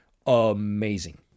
amazing